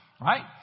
Right